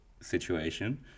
situation